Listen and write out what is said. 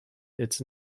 its